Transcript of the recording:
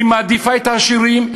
היא מעדיפה את העשירים,